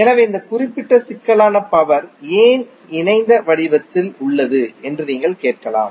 எனவே இந்த குறிப்பிட்ட சிக்கலான பவர் ஏன் இணைந்த வடிவத்தில் உள்ளது என்று நீங்கள் கேட்கலாம்